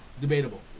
Debatable